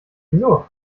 wieso